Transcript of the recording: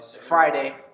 Friday